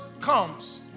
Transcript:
comes